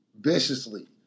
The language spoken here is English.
viciously